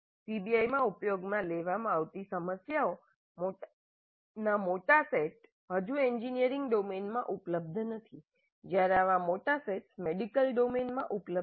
પીબીઆઈમાં ઉપયોગમાં લેવામાં આવતી સમસ્યાઓના મોટા સેટ હજી એન્જિનિયરિંગ ડોમેનમાં ઉપલબ્ધ નથી જ્યારે આવા મોટા સેટ્સ મેડિકલ ડોમેનમાં ઉપલબ્ધ છે